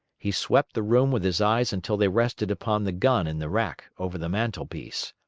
he swept the room with his eyes until they rested upon the gun in the rack over the mantelpiece.